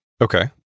Okay